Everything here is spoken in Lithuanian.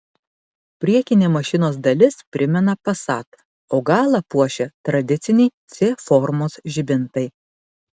priekinė mašinos dalis primena passat o galą puošia tradiciniai c formos žibintai